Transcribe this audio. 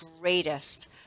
greatest